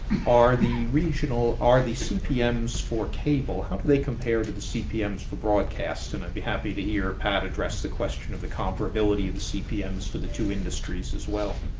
are the regional are the cpms for cable how do they compare to the cpms for broadcast? and i'd be happy to hear pat address the question of the comparability of the cpms for the two industries as well.